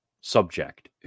subject